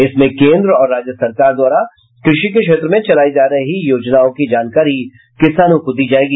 इसमें केन्द्र और राज्य सरकार द्वारा कृषि के क्षेत्र में चलायी जा रही योजनाओं की जानकारी किसानों को दी जायेगी